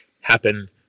happen